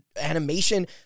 animation